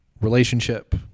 relationship